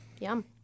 Yum